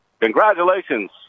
Congratulations